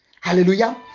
Hallelujah